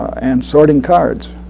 and sorting cards.